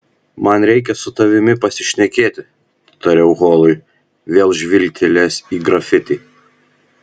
man reikia su tavimi pasišnekėti tariau holui vėl žvilgtelėjęs į grafitį